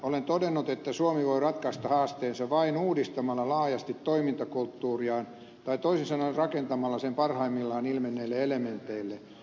olen todennut että suomi voi ratkaista haasteensa vain uudistamalla laajasti toimintakulttuuriaan tai toisin sanoen rakentamalla sen parhaimmillaan ilmenneille elementeille